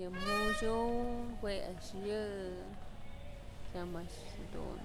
Yë me'uxën jua a'ax yë tyam a'ax jadun